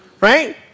Right